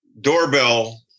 doorbell